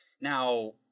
Now